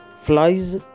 Flies